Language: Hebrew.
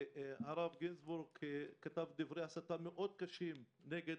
הרב גינזבורג כתב דברי הסתה מאד קשים נגד